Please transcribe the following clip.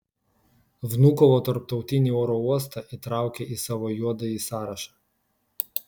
vnukovo tarptautinį oro uostą įtraukė į savo juodąjį sąrašą